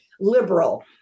liberal